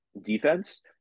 defense